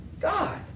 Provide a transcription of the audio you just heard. God